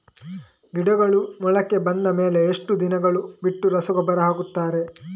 ಗಿಡಗಳು ಮೊಳಕೆ ಬಂದ ಮೇಲೆ ಎಷ್ಟು ದಿನಗಳು ಬಿಟ್ಟು ರಸಗೊಬ್ಬರ ಹಾಕುತ್ತಾರೆ?